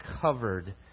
covered